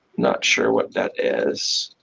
not sure what that is.